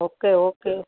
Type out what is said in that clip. okay okay